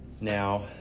Now